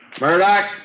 Murdoch